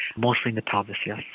mostly in the pelvis, yes.